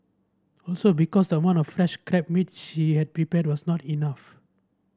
also because the amount of fresh crab meat she had prepared was not enough